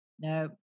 no